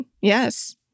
Yes